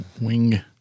Wing